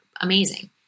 amazing